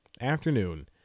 afternoon